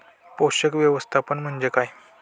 पोषक व्यवस्थापन म्हणजे काय?